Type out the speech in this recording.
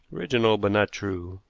original but not true,